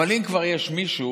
אבל אם כבר יש מישהו